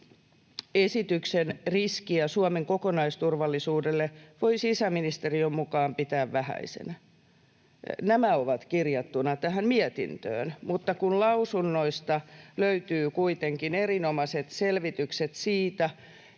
”esityksen riskiä Suomen kokonaisturvallisuudelle voi sisäministeriön mukaan pitää vähäisenä”. Nämä ovat kirjattuna tähän mietintöön, mutta kun lausunnoista löytyy kuitenkin erinomaiset selvitykset siitä,